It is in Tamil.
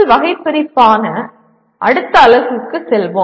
கற்றல் வகைபிரிப்பான அடுத்த அலகுக்கு செல்வோம்